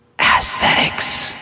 Aesthetics